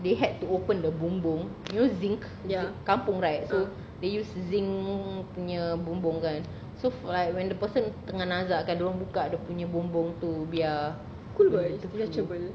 they had to open the bumbung you know zinc kampung right so they use zinc punya bumbung kan so for like when the person tengah nazak kan dia orang buka dia punya bumbung tu biar